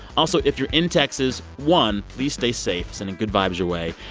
also, if you're in texas, one, please stay safe. sending good vibes your way.